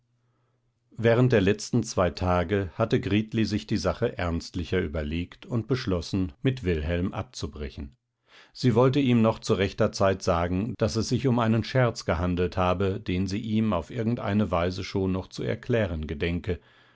während der letzten zwei tage hatte gritli sich die sache ernstlicher überlegt und beschlossen mit wilhelm abzubrechen sie wollte ihm noch zu rechter zeit sagen daß es sich um einen scherz gehandelt habe den sie ihm auf irgendeine weise schon noch zu erklären gedenke